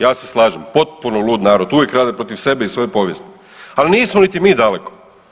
Ja se slažem, potpuno lud narod, uvijek rade protiv sebe i svoje povijesti, ali nismo niti mi daleko.